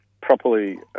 properly